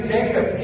Jacob